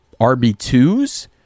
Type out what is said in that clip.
RB2s